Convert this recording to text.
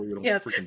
Yes